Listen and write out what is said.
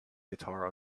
guitar